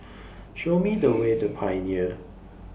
Show Me The Way to Pioneer